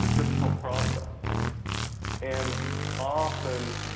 but difficult process and often